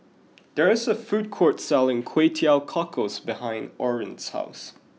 there is a food court selling Kway Teow Cockles behind Orrin's house